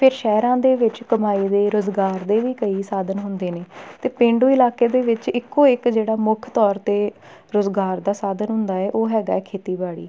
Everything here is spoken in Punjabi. ਫਿਰ ਸ਼ਹਿਰਾਂ ਦੇ ਵਿੱਚ ਕਮਾਈ ਦੇ ਰੁਜ਼ਗਾਰ ਦੇ ਵੀ ਕਈ ਸਾਧਨ ਹੁੰਦੇ ਨੇ ਅਤੇ ਪੇਂਡੂ ਇਲਾਕੇ ਦੇ ਵਿੱਚ ਇੱਕੋ ਇੱਕ ਜਿਹੜਾ ਮੁੱਖ ਤੌਰ 'ਤੇ ਰੁਜ਼ਗਾਰ ਦਾ ਸਾਧਨ ਹੁੰਦਾ ਹੈ ਉਹ ਹੈਗਾ ਖੇਤੀਬਾੜੀ